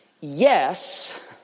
Yes